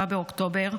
7 באוקטובר,